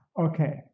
Okay